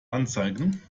anzeigen